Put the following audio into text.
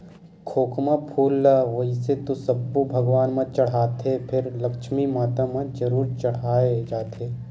खोखमा फूल ल वइसे तो सब्बो भगवान म चड़हाथे फेर लक्छमी माता म जरूर चड़हाय जाथे